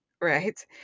Right